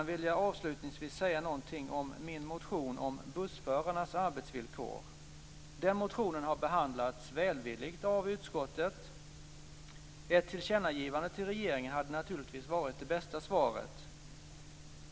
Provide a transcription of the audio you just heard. Jag vill avslutningsvis säga någonting om min motion om bussförarnas arbetsvillkor. Den motionen har behandlats välvilligt av utskottet. Ett tillkännagivande till regeringen hade naturligtvis varit det bästa svaret.